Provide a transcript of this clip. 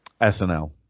SNL